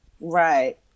Right